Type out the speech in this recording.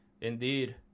Indeed